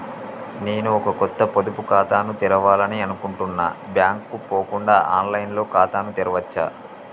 నేను ఒక కొత్త పొదుపు ఖాతాను తెరవాలని అనుకుంటున్నా బ్యాంక్ కు పోకుండా ఆన్ లైన్ లో ఖాతాను తెరవవచ్చా?